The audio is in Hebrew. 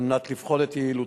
על מנת לבחון את יעילותו.